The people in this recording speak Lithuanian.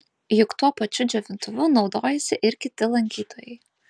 juk tuo pačiu džiovintuvu naudojasi ir kiti lankytojai